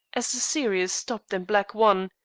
as the series stopped and black won.